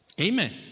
Amen